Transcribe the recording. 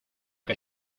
que